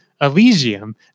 Elysium